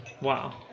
Wow